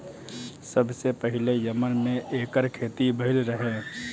सबसे पहिले यमन में एकर खेती भइल रहे